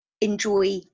enjoy